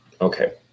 Okay